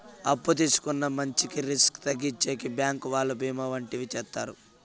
అప్పు తీసుకున్న మంచికి రిస్క్ తగ్గించేకి బ్యాంకు వాళ్ళు బీమా వంటివి చేత్తారు